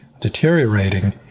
deteriorating